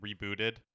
rebooted